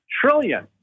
trillion